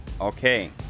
okay